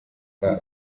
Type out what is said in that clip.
kabo